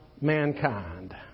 mankind